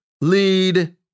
lead